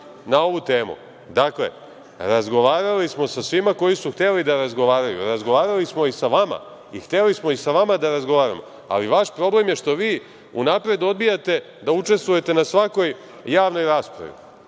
na ovu temu. Dakle, razgovarali smo sa svima koji su hteli da razgovaraju. Razgovarali smo i sa vama i hteli smo i sa vama da razgovaramo. Ali, vaš problem je što vi unapred odbijate da učestvujete odbijate da